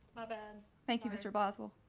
and thank you mr. boswell.